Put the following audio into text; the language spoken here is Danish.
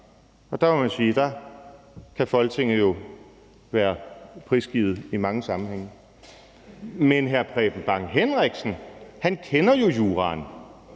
sige, at Folketinget jo kan være prisgivet i mange sammenhænge. Men hr. Preben Bang Henriksen kender jo juraen,